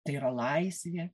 tai yra laisvė